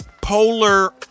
polar